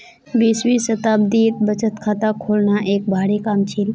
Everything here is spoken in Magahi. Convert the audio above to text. बीसवीं शताब्दीत बचत खाता खोलना एक भारी काम छील